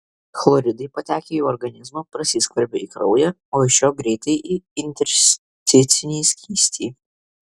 chloridai patekę į organizmą prasiskverbia į kraują o iš jo greitai į intersticinį skystį